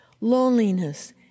loneliness